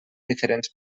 diferents